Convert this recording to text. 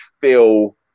feel